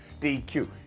DQ